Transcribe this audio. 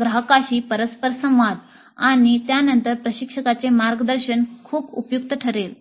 ग्राहकांशी परस्पर संवाद आणि त्यानंतर प्रशिक्षकाचे मार्गदर्शन खूपच उपयुक्त ठरेल